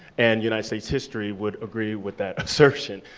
and united states history would agree with that assertion.